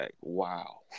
wow